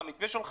על המתווה שלך,